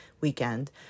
weekend